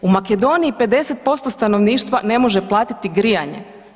U Makedoniji 50% stanovništva ne može platiti grijanje.